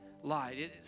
light